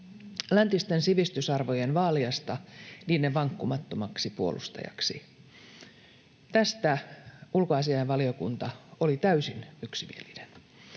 läntisten sivistysarvojen vaalijasta niiden vankkumattomaksi puolustajaksi. Tästä ulkoasiainvaliokunta oli täysin yksimielinen.